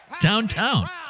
downtown